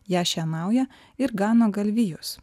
ją šienauja ir gano galvijus